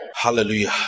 Hallelujah